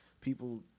people